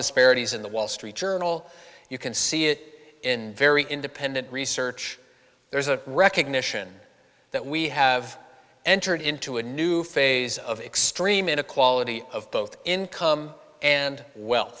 disparities in the wall street journal you can see it in very independent research there is a recognition that we have entered into a new phase of extreme inequality of both income and we